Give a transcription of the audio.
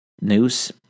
news